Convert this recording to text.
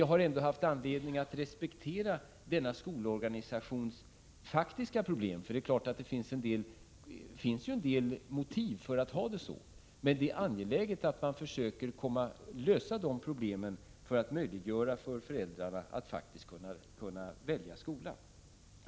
Jag har ändå haft anledning att respektera denna skolorganisations faktiska problem — för det finns självfallet en del motiv för den här ordningen — men det är angeläget att lösa de problemen för att möjliggöra för föräldrarna att faktiskt kunna välja skola.